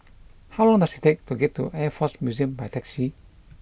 how long does it take to get to Air Force Museum by taxi